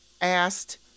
asked